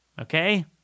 Okay